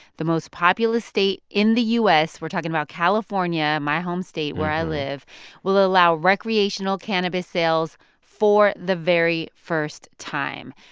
the most populous state in the u s. we're talking about california, my home state, where i live will allow recreational cannabis sales for the very first time.